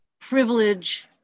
privilege